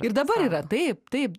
ir dabar yra taip taip